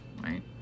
right